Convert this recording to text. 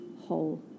whole